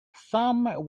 some